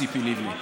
ציפי לבני,